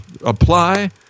apply